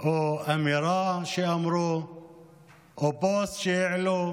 או אמירה שאמרו או פוסט שהעלו.